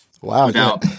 Wow